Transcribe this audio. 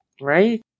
Right